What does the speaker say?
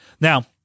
Now